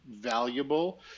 valuable